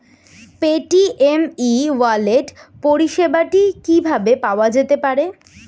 Paytm e wallet পরিষেবাটি কিভাবে পাওয়া যেতে পারে?